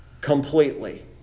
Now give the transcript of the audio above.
completely